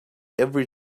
every